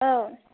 औ